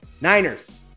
Niners